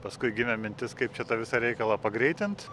paskui gimė mintis kaip čia tą visą reikalą pagreitint